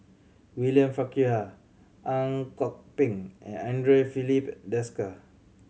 William Farquhar Ang Kok Peng and Andre Filipe Desker